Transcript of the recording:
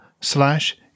slash